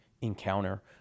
encounter